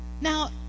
Now